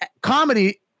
Comedy